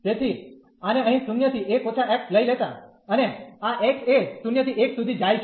તેથી આને અહીં 0 થી 1 − x લઈ લેતા અને આ x એ 0 થી 1 સુધી જાય છે